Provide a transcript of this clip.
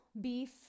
beef